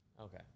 Okay